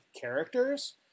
characters